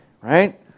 right